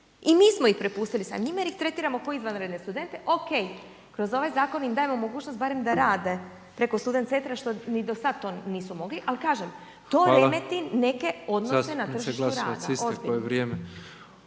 se ne razumije./... jer ih tretiramo kao izvanredne studente. OK, kroz ovaj zakon im dajemo mogućnost barem da rade preko student centra što ni do sada to nisu mogli. Ali kažem to remeti neke odnose na tržištu rada. Ozbiljno. **Petrov, Božo (MOST)**